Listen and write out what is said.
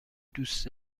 دوست